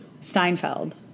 Steinfeld